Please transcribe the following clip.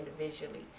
individually